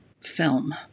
film